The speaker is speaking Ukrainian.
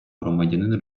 громадянина